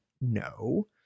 no